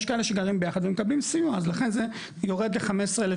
יש כאלה שגרים ביחד ומקבלים סיוע אז לכן זה יורד ל-15,762.